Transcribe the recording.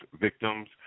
victims